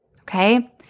okay